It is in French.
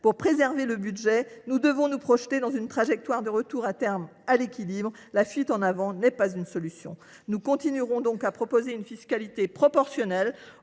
Pour préserver le budget de cette dernière, nous devons nous projeter dans une trajectoire de retour à terme à l’équilibre. La fuite en avant n’est pas une solution. Nous continuerons donc à proposer une fiscalité proportionnelle